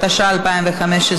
התשע"ה 2015,